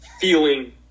feeling